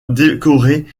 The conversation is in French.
décoré